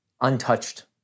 untouched